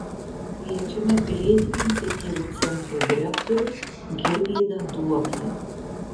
kviečiame pilietinių iniciatyvų centro direktorių girvydą duoblį